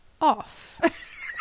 off